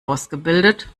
ausgebildet